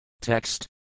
Text